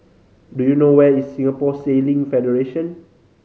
do you know where is Singapore Sailing Federation